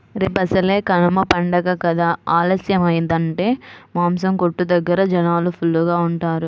రేపసలే కనమ పండగ కదా ఆలస్యమయ్యిందంటే మాసం కొట్టు దగ్గర జనాలు ఫుల్లుగా ఉంటారు